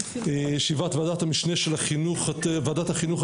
ישיבת ועדת השמנה של ועדת החינוך,